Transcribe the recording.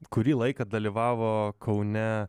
kurį laiką dalyvavo kaune